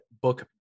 book